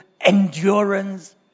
endurance